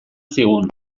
zigun